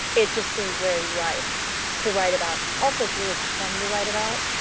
it just seemed very ripe to write about, also it's really fun to write about,